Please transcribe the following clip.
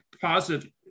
positive